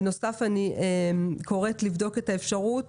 בנוסף אני קוראת לבדוק את האפשרות